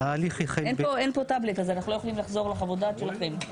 אין פה טאבלט אז אנחנו לא יכולים לחזור לחוות הדעת שלכם.